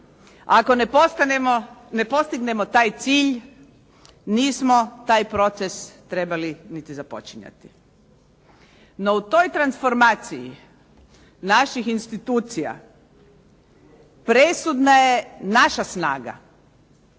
Ako ne postignemo taj cilj nismo taj proces trebali niti započinjati. No, u toj transformaciji naših institucija presudna je naša snaga,